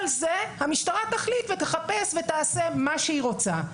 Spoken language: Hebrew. את כל זה המשטרה תחליט, תחפש ותעשה מה שהיא רוצה.